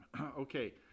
Okay